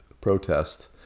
protest